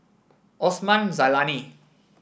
Osman Zailani